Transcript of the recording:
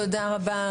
תודה רבה,